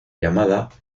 llamada